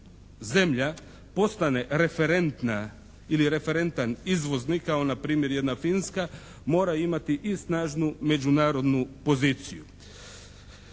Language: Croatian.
zemlja postane referentna ili referentni izvoznik kao npr. jedna Finska mora imati i snažnu međunarodnu poziciju.